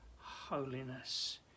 Holiness